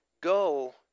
go